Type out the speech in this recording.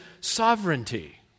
sovereignty